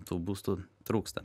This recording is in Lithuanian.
tų būstų trūksta